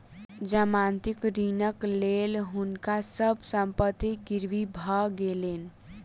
जमानती ऋणक लेल हुनका सभ संपत्ति गिरवी भ गेलैन